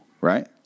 right